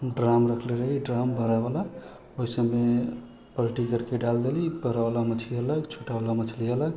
drum रखले रही drum बड़ावला ओइ सभमे पलटी करके डालि देली बड़ावला मछली अलग छोटावला मछली अलग